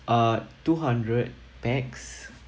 uh two hundred pax